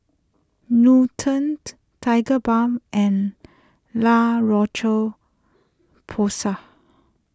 Nutren Tigerbalm and La Roche Porsay